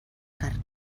carn